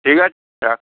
ঠিক আছে রাক